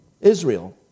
Israel